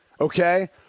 okay